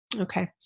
Okay